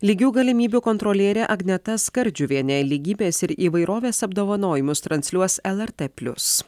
lygių galimybių kontrolierė agneta skardžiuvienė lygybės ir įvairovės apdovanojimus transliuos elartė plius